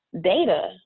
data